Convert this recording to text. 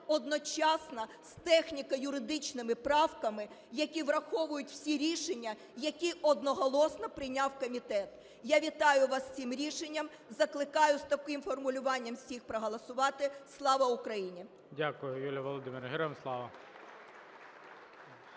одночасно з техніко-юридичними правками, які враховують всі рішення, які одноголосно прийняв комітет. Я вітаю вас з цим рішенням, закликаю з таким формулюванням всіх проголосувати. Слава Україні! ГОЛОВУЮЧИЙ. Дякую Юлія Володимирівна. Героям слава!